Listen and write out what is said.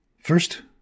first